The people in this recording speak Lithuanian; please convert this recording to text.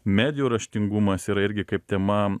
medijų raštingumas yra irgi kaip tema